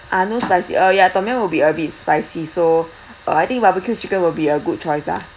ah no spicy uh ya tom yum will be a bit spicy so uh I think barbecue chicken will be a good choice lah